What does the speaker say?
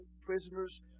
prisoners